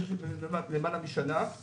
למעלה משנה,